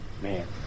man